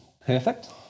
perfect